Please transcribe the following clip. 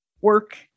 work